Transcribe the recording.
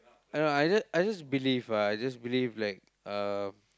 I don't know I just I just believe ah I just believe like uh